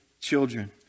children